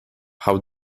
how